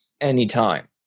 anytime